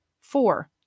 Four